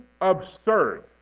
absurd